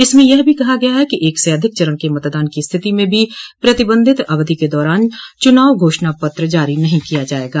इसमें यह भी कहा गया है कि एक से अधिक चरण के मतदान की स्थिति में भी प्रतिबंधित अवधि के दौरान चुनाव घोषणा पत्र जारी नहीं किया जाएगा